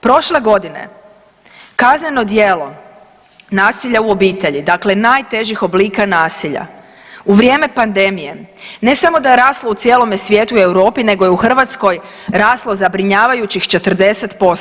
Prošle godine kazneno djelo nasilja u obitelji, dakle najtežih oblika nasilja u vrijeme pandemije, ne samo da je raslo u cijelome svijetu i Europi, nego je u Hrvatskoj raslo zabrinjavajućih 40%